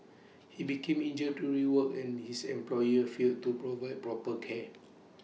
he became injured during work and his employer failed to provide proper care